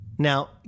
Now